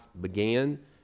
began